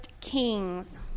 Kings